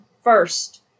first